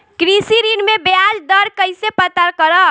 कृषि ऋण में बयाज दर कइसे पता करब?